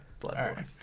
Bloodborne